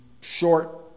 short